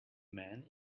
man